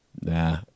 Nah